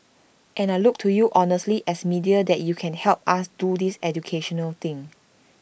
and I look to you honestly as media that you can help us do this educational thing